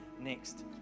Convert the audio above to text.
Next